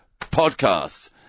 podcasts